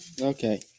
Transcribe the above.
okay